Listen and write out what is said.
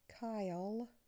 Kyle